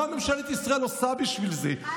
מה ממשלת ישראל עושה בשביל זה?